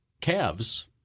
Calves